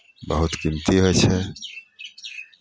बहुत कीमती होइ छै